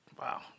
Wow